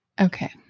Okay